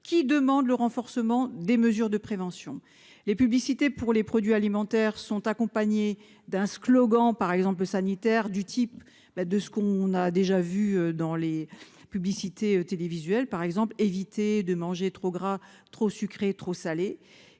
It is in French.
qui demandent le renforcement des mesures de prévention. Les publicités pour les produits alimentaires sont accompagnées d'un slogan sanitaire, que nous avons pu voir, par exemple, dans les publicités télévisuelles :« Évitez de manger trop gras, trop sucré, trop salé.